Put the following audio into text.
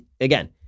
Again